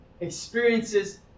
experiences